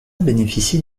bénéficie